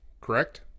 correct